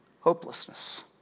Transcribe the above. hopelessness